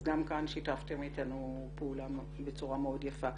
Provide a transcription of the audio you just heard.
אז גם כאן שיתפתם אתנו פעולה בצורה מאוד יפה.